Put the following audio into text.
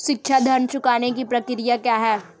शिक्षा ऋण चुकाने की प्रक्रिया क्या है?